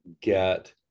get